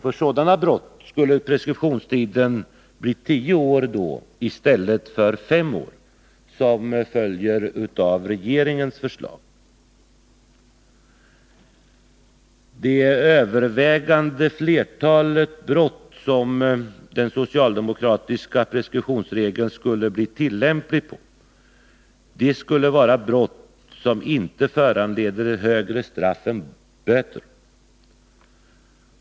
För sådana brott skulle preskriptionstiden då bli tio år i stället för fem år, som följer av regeringens förslag. tionsregeln skulle bli tillämplig på skulle vara brott som inte föranleder högre straff än böter.